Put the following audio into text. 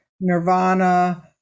Nirvana